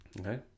Okay